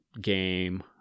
game